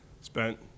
spent